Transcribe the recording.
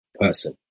person